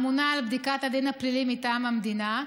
הממונה על בדיקת הדין הפלילי מטעם המדינה,